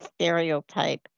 stereotype